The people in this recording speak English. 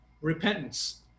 repentance